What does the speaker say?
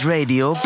Radio